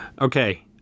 okay